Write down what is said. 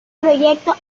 proyecto